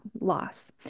loss